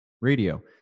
Radio